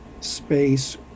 space